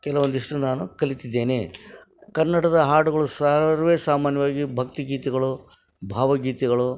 ಕೆಲವೊಂದಿಷ್ಟು ನಾನು ಕಲಿತಿದ್ದೇನೆ ಕನ್ನಡದ ಹಾಡುಗಳು ಸರ್ವೇ ಸಾಮಾನ್ಯವಾಗಿ ಭಕ್ತಿಗೀತೆಗಳು ಭಾವಗೀತೆಗಳು